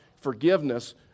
forgiveness